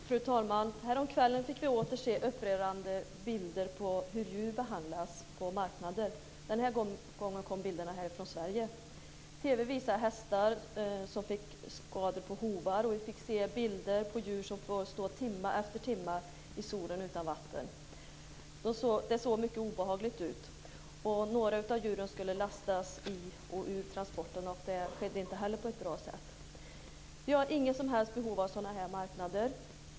Fru talman! Häromkvällen fick vi åter se upprörande bilder på hur djur behandlas på marknader. Den här gången kom bilderna från Sverige. TV visade hästar som fick skador på hovar, vi fick se bilder på djur som får stå timme efter timme i solen utan vatten. Det såg mycket obehagligt ut. Några av djuren skulle lastas i för transport, och det skedde inte heller på ett bra sätt. Vi har inget som helst behov av sådana marknader.